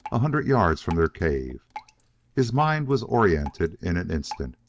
a hundred yards from their cave his mind was oriented in an instant,